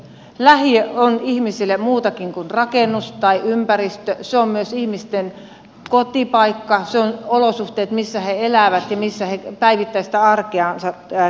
lähiö on ihmisille muutakin kuin rakennus tai ympäristö se on myös ihmisten kotipaikka se on olosuhteet missä he elävät ja missä he päivittäistä arkeansa viettävät